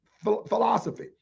philosophy